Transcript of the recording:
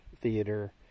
Theater